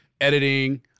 editing